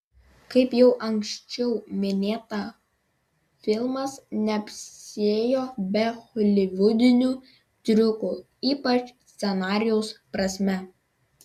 kaip jau anksčiau minėta filmas neapsiėjo be holivudinių triukų ypač scenarijaus prasme